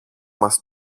μας